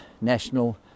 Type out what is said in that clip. National